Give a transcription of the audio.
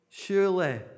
Surely